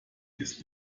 des